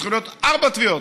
צריכות להיות ארבע תביעות,